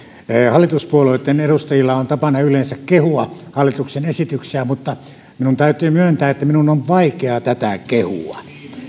hallituspuolueitten edustajilla on yleensä tapana kehua hallituksen esityksiä mutta minun täytyy myöntää että minun on vaikeaa tätä kehua